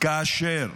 כאשר